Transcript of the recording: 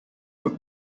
but